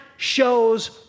shows